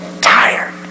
tired